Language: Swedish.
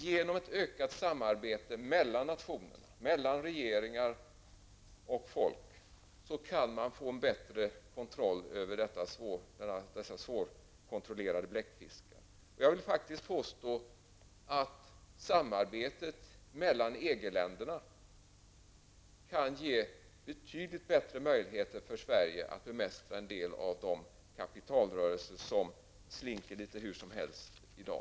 Genom ett ökat samarbete mellan nationerna, mellan regeringar och folk, kan man få en bättre kontroll över dessa svårkontrollerade ''bläckfiskar''. Jag vill faktiskt påstå att samarbetet mellan EG-länderna kan ge betydligt bättre möjligheter för Sverige att bemästra en del av den kapitalrörelse som slinker igenom litet hur som helst i dag.